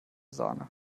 sahne